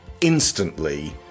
instantly